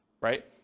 right